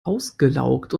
ausgelaugt